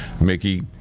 Mickey